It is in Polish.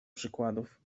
przykładów